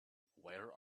where